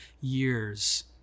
years